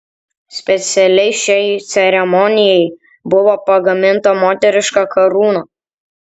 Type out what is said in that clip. specialiai šiai ceremonijai buvo pagaminta moteriška karūna